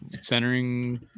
centering